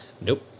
Nope